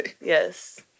Yes